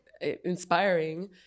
inspiring